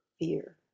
fear